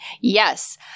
Yes